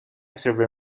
server